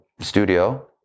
Studio